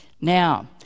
Now